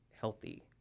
healthy